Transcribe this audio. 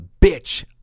bitch